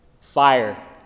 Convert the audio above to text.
fire